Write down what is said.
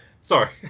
sorry